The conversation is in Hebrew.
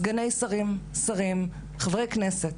סגני שרים, שרים, חברי כנסת,